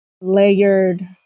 layered